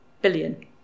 billion